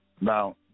Now